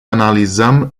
analizăm